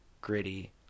gritty